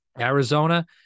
Arizona